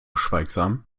schweigsam